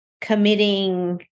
committing